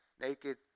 naked